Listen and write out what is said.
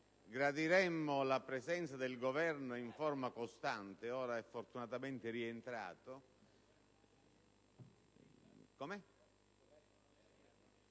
gradiremmo la presenza del Governo in forma costante. Ora è fortunatamente rientrato il